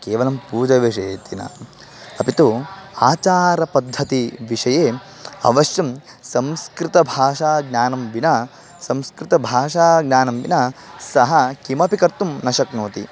केवलं पूजविषये इति न अपि तु आचारपद्धतिविषये अवश्यं संस्कृतभाषाज्ञानं विना संस्कृतभाषाज्ञानं विना सः किमपि कर्तुं न शक्नोति